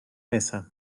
mesa